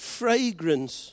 fragrance